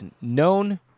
known